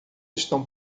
estão